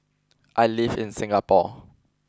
I live in Singapore